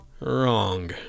Wrong